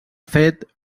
fet